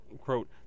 quote